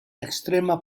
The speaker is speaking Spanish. extrema